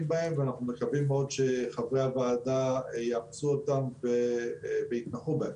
בהן ואנחנו מקווים מאוד שחברי הוועדה יאמצו אותן ויתמכו בהן.